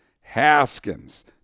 Haskins